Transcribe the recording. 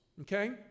Okay